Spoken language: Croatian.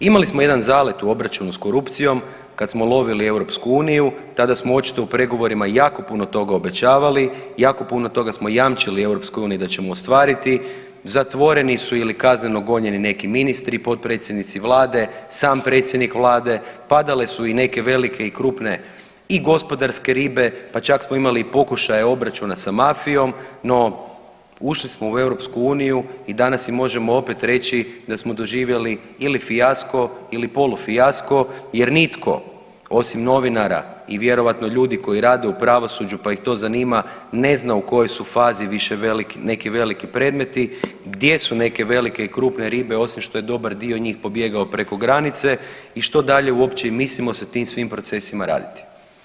Imali smo jedan zalet u obračunu s korupcijom kad smo lovili EU tada smo očito u pregovorima jako puno toga obećavali, jako puno toga smo jamčili EU da ćemo ostvariti, zatvoreni su ili kazneno gonjeni neki ministri i potpredsjednici Vlade, sam predsjednik Vlade, padale su i neke velike i krupne i gospodarske ribe, pa čak smo imali i pokušaje obračuna sa mafijom, no ušli smo u EU i danas si možemo opet reći da smo doživjeli ili fijasko ili polufijasko jer nitko osim novinara i vjerojatno ljudi koji rade u pravosuđu pa ih to zanima ne zna u kojoj su fazi više neki veliki predmeti, gdje su neke velike i krupne ribe osim što je dobar dio njih pobjegao preko granice i što dalje uopće i mislimo sa tim svim procesima raditi.